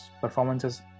performances